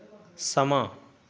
ਸਮਾਂ